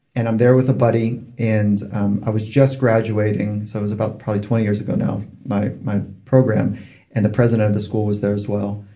and i'm there with a buddy. and um i was just graduating so it was about probably twenty years ago now. my my program and the president of the school was there as well.